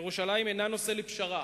ירושלים אינה נושא לפשרה.